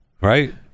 Right